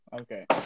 Okay